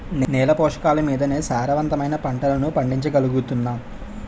నేల పోషకాలమీదనే సారవంతమైన పంటలను పండించగలుగుతున్నాం